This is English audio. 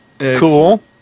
Cool